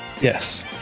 Yes